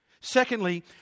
Secondly